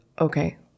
okay